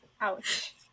Ouch